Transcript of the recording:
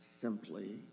simply